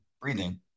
breathing